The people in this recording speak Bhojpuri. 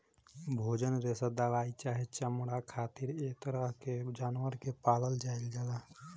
भोजन, रेशा दवाई चाहे चमड़ा खातिर ऐ तरह के जानवर के पालल जाइल जाला